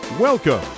Welcome